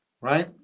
right